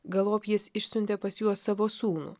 galop jis išsiuntė pas juos savo sūnų